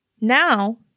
Now